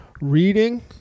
Reading